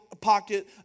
pocket